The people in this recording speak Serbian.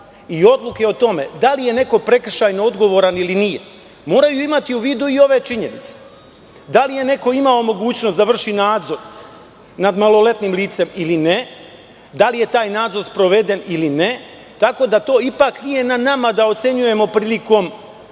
i odluke o tome da li je neko prekršajno odgovoran ili nije, moraju imati u vidu i ove činjenice, da li je neko imao mogućnost da vrši nadzor nad maloletnim licem ili ne, da li je taj nadzor sproveden ili ne. Tako da to ipak nije na nama da ocenjujemo prilikom,